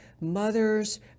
mothers